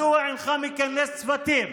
מדוע אינך מכנס צוותים?